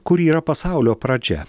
kur yra pasaulio pradžia